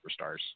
superstars